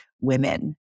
women